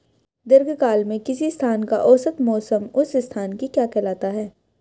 दीर्घकाल में किसी स्थान का औसत मौसम उस स्थान की क्या कहलाता है?